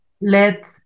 let